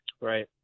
Right